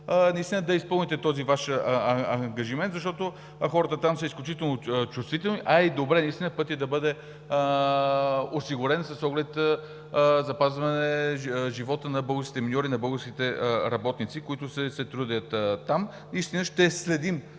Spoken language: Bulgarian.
наистина да изпълните този Ваш ангажимент, защото хората там са изключително чувствителни, а е и добре пътят да бъде осигурен с оглед запазване живота на българските миньори и българските работници, които се трудят там. Госпожо Министър,